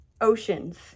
oceans